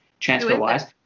TransferWise